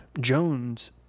Jones